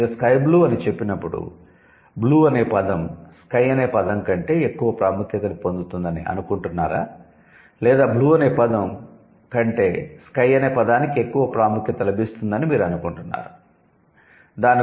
మీరు 'sky blue' అని చెప్పినప్పుడు బ్లూ అనే పదం స్కై అనే పదం కంటే ఎక్కువ ప్రాముఖ్యతను పొందుతోందని అనుకుంటున్నారా లేదా బ్లూ అనే పదం కంటే స్కై అనే పదానికి ఎక్కువ ప్రాముఖ్యత లభిస్తుందని మీరు అనుకుంటున్నారా